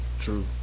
true